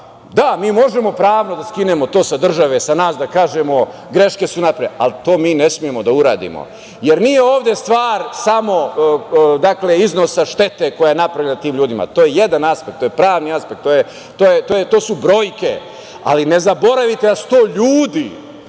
Da, mi možemo pravno da skinemo to sa države, sa nas, da kažemo – greške su napravljene, ali to mi ne smemo da uradimo, jer nije ovde stvar samo iznosa štete koja je napravljena tim ljudima. To je jedan aspekt, to je pravni aspekt, to su brojke, ali ne zaboravite da su to ljudi.